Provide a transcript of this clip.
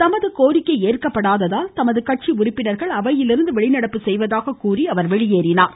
தமது கோரிக்கை ஏற்கப்படாததால் தமது கட்சி உறுப்பினர்கள் அவையிலிருந்து வெளிநடப்பு செய்வதாக கூறி வெளியேறினார்